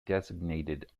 designated